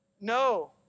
No